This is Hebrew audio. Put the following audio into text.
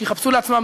שיחפשו לעצמם,